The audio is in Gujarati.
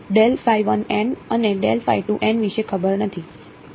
મને અને વિષે ખબર નથી